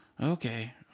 Okay